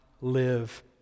live